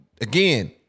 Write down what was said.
again